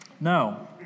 No